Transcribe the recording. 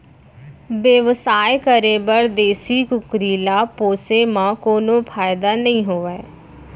बेवसाय करे बर देसी कुकरी ल पोसे म कोनो फायदा नइ होवय